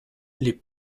lès